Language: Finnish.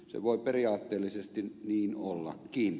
se voi periaatteellisesti niin ollakin